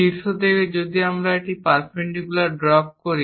শীর্ষ থেকে যদি আমরা একটি পারপেন্ডিকুলার ড্রপ করি